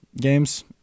games